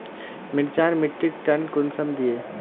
मिर्चान मिट्टीक टन कुंसम दिए?